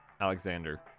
Alexander